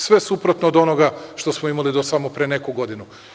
Sve suprotno od onoga što smo imali do samo pre neku godinu.